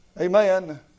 Amen